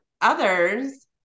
others